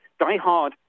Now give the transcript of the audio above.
diehard